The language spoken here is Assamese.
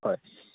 হয়